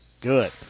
good